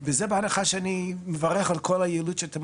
וזה בהנחה שאני מברך על כל היעילות שאתם